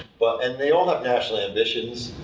and they all have national ambitions,